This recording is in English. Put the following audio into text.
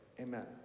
Amen